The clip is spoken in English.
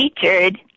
featured